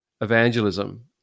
evangelism